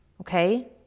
okay